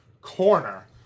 corner